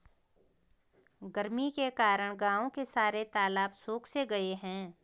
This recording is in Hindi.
गर्मी के कारण गांव के सारे तालाब सुख से गए हैं